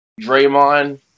Draymond